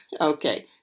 Okay